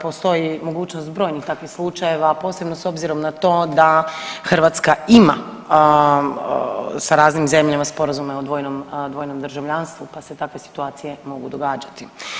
Postoji mogućnost brojnih takvih slučajeva, a posebno s obzirom na to da Hrvatska ima sa raznim zemljama Sporazume o dvojnom državljanstvu, pa se takve situacije mogu događati.